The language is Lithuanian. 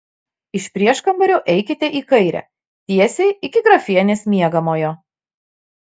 iš prieškambario eikite į kairę tiesiai iki grafienės miegamojo